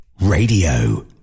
Radio